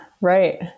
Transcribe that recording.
Right